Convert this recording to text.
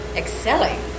excelling